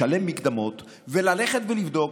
לשלם מקדמות וללכת ולבדוק,